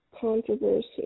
controversy